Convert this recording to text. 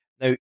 Now